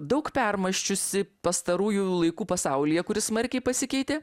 daug permąsčiusi pastarųjų laikų pasaulyje kuris smarkiai pasikeitė